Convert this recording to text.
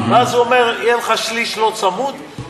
ואז הוא אומר: יהיה לך שליש לא צמוד,